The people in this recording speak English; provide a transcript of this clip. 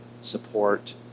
support